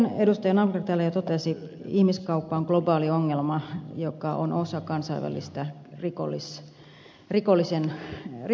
naucler täällä jo totesi ihmiskauppa on globaali ongelma joka on osa kansainvälistä rikollisongelmaa